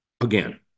again